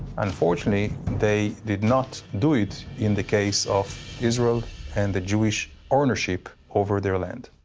unfortunately they did not do it in the case of israel and the jewish ownership over their land.